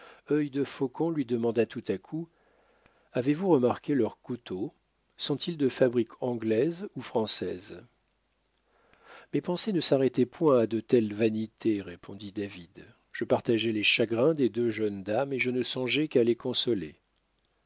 conduite œil de faucon lui demanda tout à coup avez-vous remarqué leurs couteaux sont-ils de fabrique anglaise ou française mes pensées ne s'arrêtaient point à de telles vanités répondit david je partageais les chagrins des deux jeunes dames et je ne songeais qu'à les consoler